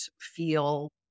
feel